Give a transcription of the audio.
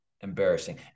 Embarrassing